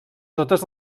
totes